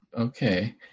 Okay